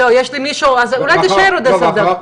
לא, יש לי מישהו אולי תישאר עוד עשר דקות?